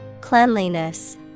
Cleanliness